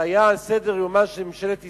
זה היה על סדר-יומה של ממשלת ישראל,